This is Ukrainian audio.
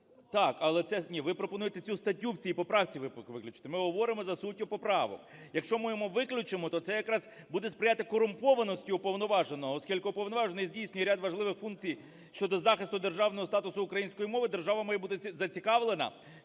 Так, але це... Ні, ви пропонуєте цю статтю в цій поправці виключити. Ми говоримо за суттю поправок. Якщо ми виключимо, то це якраз буде сприяти корумпованості уповноваженого, оскільки уповноважений здійснює ряд важливих функцій щодо захисту державного статусу української мови, держава має бути зацікавлена,